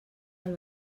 del